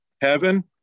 Heaven